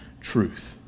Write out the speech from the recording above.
truth